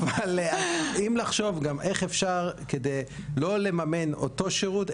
אבל אם אפשר לחשוב גם לא לממן את אותו שירות,